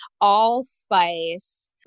allspice